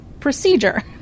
procedure